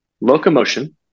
Locomotion